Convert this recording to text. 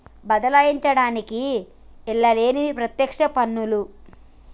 బదలాయించడానికి ఈల్లేనివి పత్యక్ష పన్నులు